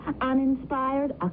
uninspired